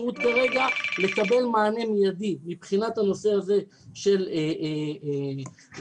כרגע לקבל מענה מיידי מבחינת הנושא הזה של מד"א.